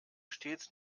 stets